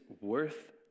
worth